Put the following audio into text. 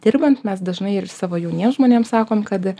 dirbant mes dažnai ir savo jauniem žmonėm sakom kad